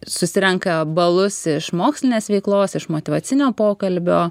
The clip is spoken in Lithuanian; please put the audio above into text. susirenka balus iš mokslinės veiklos iš motyvacinio pokalbio